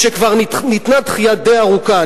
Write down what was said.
כשכבר ניתנה דחייה די ארוכה.